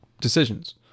decisions